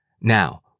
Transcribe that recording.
Now